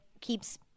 keeps